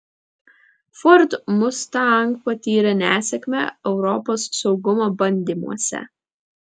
ford mustang patyrė nesėkmę europos saugumo bandymuose